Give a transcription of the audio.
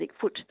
foot